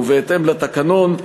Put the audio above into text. ובהתאם לתקנון,